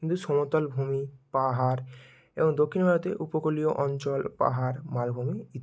কিন্তু সমতল ভূমি পাহাড় এবং দক্ষিণ ভারতে উপকূলীয় অঞ্চল পাহাড় মালভূমি ইত্যাদি